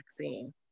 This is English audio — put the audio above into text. vaccine